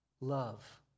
Love